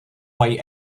mají